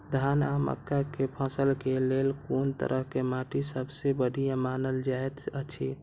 धान आ मक्का के फसल के लेल कुन तरह के माटी सबसे बढ़िया मानल जाऐत अछि?